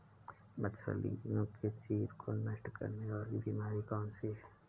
मछलियों के जीभ को नष्ट करने वाली बीमारी कौन सी है?